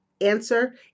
answer